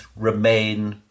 remain